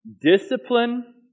Discipline